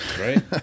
Right